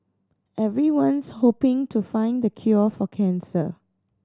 everyone's hoping to find the cure for cancer